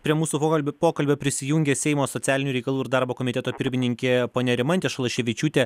prie mūsų pokalbių pokalbio prisijungė seimo socialinių reikalų ir darbo komiteto pirmininkė ponia rimantė šalaševičiūtė